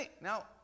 Now